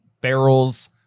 barrels